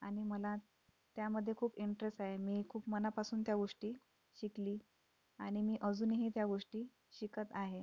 आणि मला त्यामध्ये खूप इंटरेस आहे मी खूप मनापासून त्या गोष्टी शिकली आणि मी अजूनही त्या गोष्टी शिकत आहे